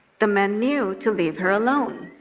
the men knew to leave her alone.